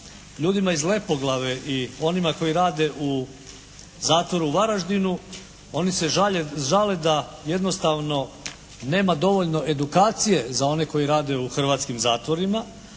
ljudima iz Lepoglave i onima koji rade u zatvoru u Varaždinu oni se žale da jednostavno nema dovoljno edukacije za one koji rade u hrvatskim zatvorima,